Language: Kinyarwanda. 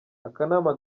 akanama